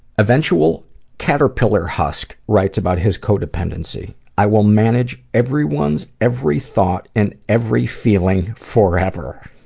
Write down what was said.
eventual caterpillar husk writes about his co-dependency, i will manage everyone's every thought and every feeling forever.